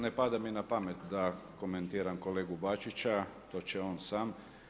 Ne pada mi na pamet da komentiram kolegu Bačića, to će on sam.